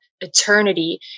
eternity